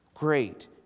Great